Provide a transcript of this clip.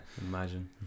imagine